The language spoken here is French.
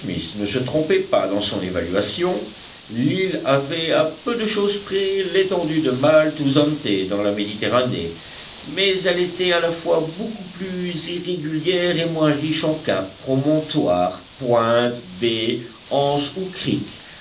ne se trompait pas dans son évaluation l'île avait à peu de chose près l'étendue de malte ou zante dans la méditerranée mais elle était à la fois beaucoup plus irrégulière et moins riche en caps promontoires pointes baies anses ou criques